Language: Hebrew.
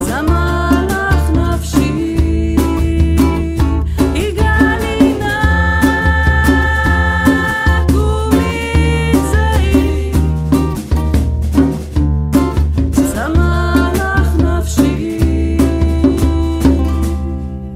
צמאה לך נפשי, .... צמאה לך נפשי.